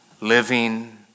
Living